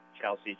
Chelsea